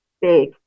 big